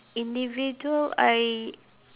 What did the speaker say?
individual I